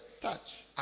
touch